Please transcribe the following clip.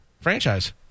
franchise